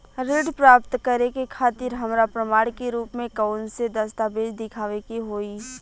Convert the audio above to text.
ऋण प्राप्त करे के खातिर हमरा प्रमाण के रूप में कउन से दस्तावेज़ दिखावे के होइ?